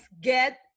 get